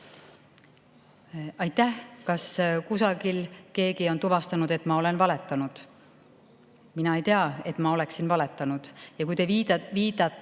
Aitäh! Kas kusagil keegi on tuvastanud, et ma olen valetanud? Mina ei tea, et ma oleksin valetanud. Ja kui te viitate